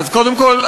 קודם כול,